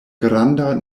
granda